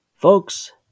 Folks